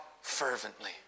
fervently